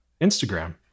Instagram